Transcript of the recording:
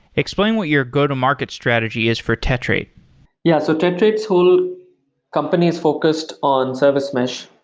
explain what your go-to market strategy is for tetrate yeah, so tetrate's whole company is focused on service mesh.